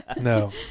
No